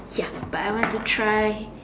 ya but I want to try